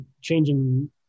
changing